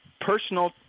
personal –